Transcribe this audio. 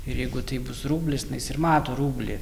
ir jeigu taip bus rublis na jis ir mato rublį